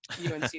unc